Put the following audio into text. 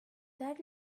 that